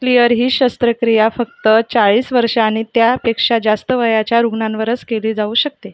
प्लीअर ही शस्त्रक्रिया फक्त चाळीस वर्ष आणि त्यापेक्षा जास्त वयाच्या रुग्णांवरच केली जाऊ शकते